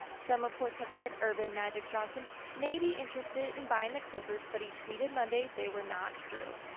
some reports have said earvin magic johnson may be interested in buying the clippers but he tweeted monday they were not true.